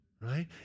right